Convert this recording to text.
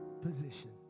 position